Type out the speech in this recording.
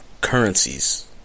currencies